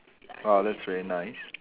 !wah! that's very nice